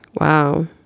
wow